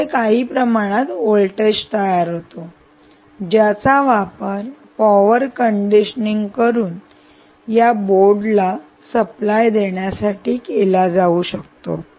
येथे काही प्रमाणात व्होल्टेज तयार होतो ज्याचा वापर पॉवर कंडिशनिंग करून या बोर्ड ला सप्लाय देण्यासाठी केला जाऊ शकतो